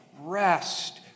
Rest